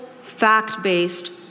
fact-based